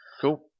Cool